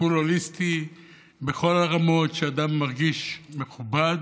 טיפול הוליסטי בכל הרמות, שאדם מרגיש מכובד,